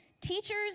Teachers